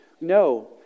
No